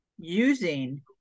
using